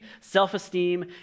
self-esteem